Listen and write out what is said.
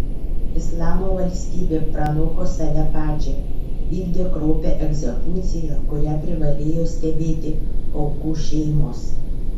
islamo valstybė pranoko save pačią vykdė kraupią egzekuciją kurią privalėjo stebėti aukų šeimos